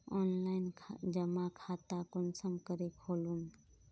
Online जमा खाता कुंसम करे खोलूम?